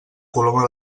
coloma